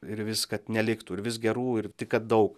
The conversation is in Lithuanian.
ir vis kad neliktų ir vis gerų ir tik kad daug